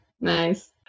Nice